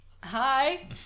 Hi